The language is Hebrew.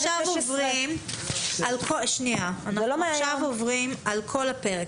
אנחנו עוברים עכשיו על כל הפרק.